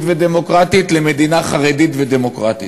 ודמוקרטית למדינה חרדית ודמוקרטית.